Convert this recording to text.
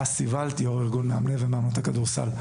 אסי ולט, יו"ר איגוד מאמני ומאמנות הכדורסל.